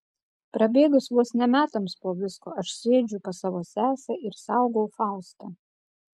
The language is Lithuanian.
prabėgus vos ne metams po visko aš sėdžiu pas savo sesę ir saugau faustą